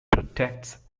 protects